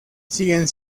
siguen